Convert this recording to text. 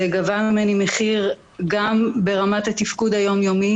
זה גבה ממני מחיר גם ברמת התפקוד היום-יומי